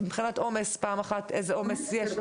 מבחינת עומס, איזה עומס יש?